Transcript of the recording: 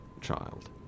child